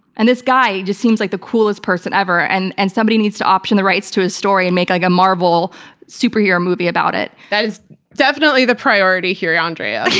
and this guy just seems like the coolest person ever, and and somebody needs to option the rights to his story and make a marvel superhero movie about it. that is definitely the priority here, andrea. definitely the